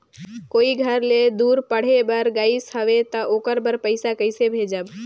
कोई घर ले दूर पढ़े बर गाईस हवे तो ओकर बर पइसा कइसे भेजब?